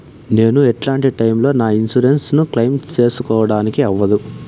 నేను ఎట్లాంటి టైములో నా ఇన్సూరెన్సు ను క్లెయిమ్ సేసుకోవడానికి అవ్వదు?